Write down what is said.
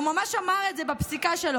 הוא ממש אמר את זה בפסיקה שלו.